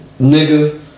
nigga